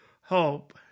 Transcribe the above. hope